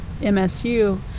MSU